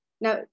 Now